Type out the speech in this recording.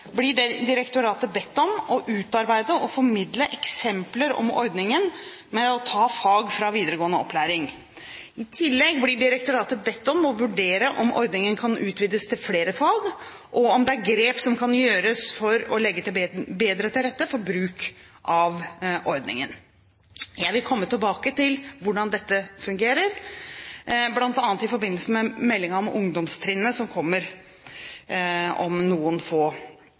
blir direktoratet bedt om å utarbeide og formidle eksempler om ordningen med å ta fag fra videregående opplæring. I tillegg blir direktoratet bedt om å vurdere om ordningen kan utvides til flere fag, og om det er grep som kan gjøres for å legge bedre til rette for bruk av ordningen. Jeg vil komme tilbake til hvordan dette fungerer, bl.a. i forbindelse med meldingen om ungdomstrinnet, som kommer om noen få